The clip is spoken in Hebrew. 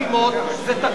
זה תקין לחלוטין.